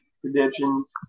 predictions